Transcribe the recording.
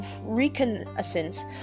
reconnaissance